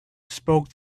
spoke